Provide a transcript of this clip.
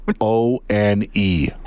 O-N-E